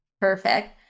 Perfect